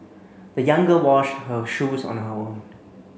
the young girl washed her shoes on her own